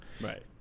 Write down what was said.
Right